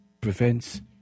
prevents